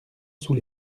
sous